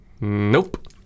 Nope